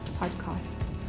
podcasts